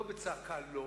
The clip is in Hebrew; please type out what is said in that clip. לא בצעקה "לא",